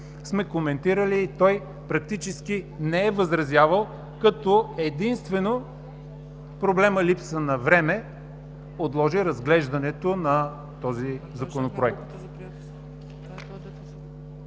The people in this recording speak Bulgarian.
сме коментирали и той практически не е възразявал като единствено проблемът липса на време отложи разглеждането на този Законопроект.